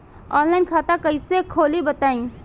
Online खाता कइसे खोली बताई?